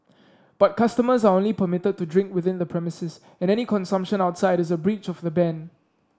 but customers are only permitted to drink within the premises and any consumption outside is a breach of the ban